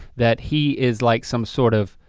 that he is like some sort of